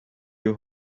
you